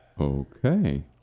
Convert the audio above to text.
Okay